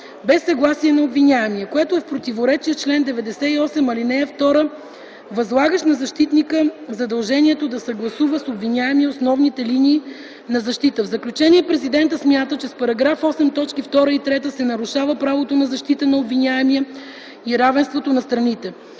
без съгласие на обвиняемия, което е в противоречие с чл. 98, ал. 2, възлагащ на защитника задължението да съгласува с обвиняемия основните линии на защитата. В заключение президентът смята, че с § 8, т. 2 и 3 се нарушава правото на защита на обвиняемия и равенството на страните.